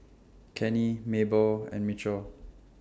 Kenny Mabelle and Michell